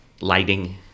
lighting